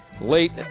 late